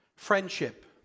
Friendship